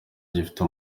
bagifite